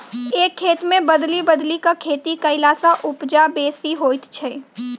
एक खेत मे बदलि बदलि क खेती कयला सॅ उपजा बेसी होइत छै